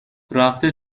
رفته